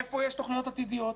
איפה יש תוכניות עתידיות,